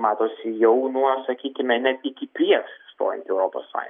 matosi jau nuo sakykime net iki prieš stojant į europos sąj